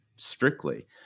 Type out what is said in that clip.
Strictly